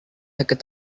sakit